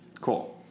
Cool